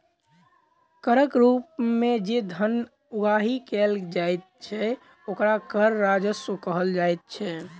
करक रूप मे जे धन उगाही कयल जाइत छै, ओकरा कर राजस्व कहल जाइत छै